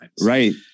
Right